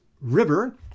river